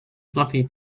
fluffy